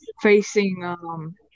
facing